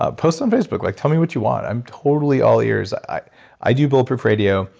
ah post on facebook. like, tell me what you want. i'm totally all ears. i i do bulletproof radio,